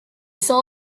saw